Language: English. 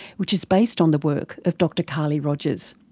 which is based on the work of dr carly rogers.